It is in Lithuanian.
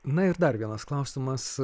na ir dar vienas klausimas